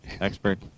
expert